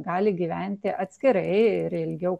gali gyventi atskirai ir ilgiau